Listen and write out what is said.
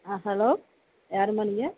ஆ hello யாரும்மா நீங்கள்